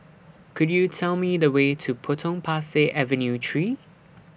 Could YOU Tell Me The Way to Potong Pasir Avenue three